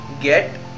get